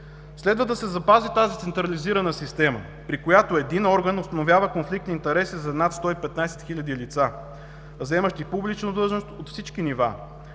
Следва да се запази тази централизирана система, при която един орган установява конфликт на интереси за над 115 хиляди лица, заемащи публична длъжност от всички нива.